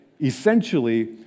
Essentially